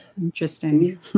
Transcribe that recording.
Interesting